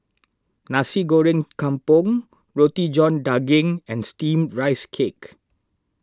Nasi Goreng Kampung Roti John Daging and Steamed Rice Cake